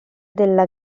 della